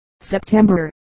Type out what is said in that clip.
September